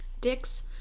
Dicks